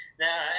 Now